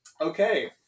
okay